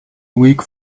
weak